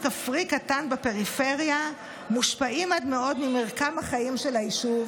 כפרי קטן בפריפריה מושפעים עד מאוד ממרקם החיים של היישוב,